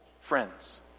friends